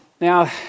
Now